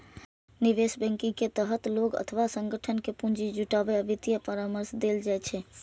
निवेश बैंकिंग के तहत लोग अथवा संगठन कें पूंजी जुटाबै आ वित्तीय परामर्श देल जाइ छै